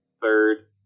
third